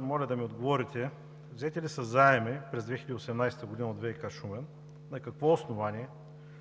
Моля да ми отговорите: взети ли са заеми през 2018 г. от ВиК – Шумен? На какво основание,